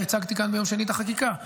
כשהצגתי כאן את החקיקה ביום שני.